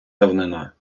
давнина